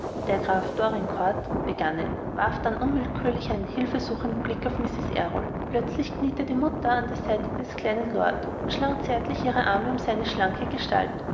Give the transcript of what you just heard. der graf dorincourt begann er und warf dann unwillkürlich einen hilfesuchenden blick auf mrs errol plötzlich kniete die mutter an der seite des kleinen lord und schlang zärtlich die arme um seine schlanke kleine gestalt